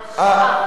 אני לא אומר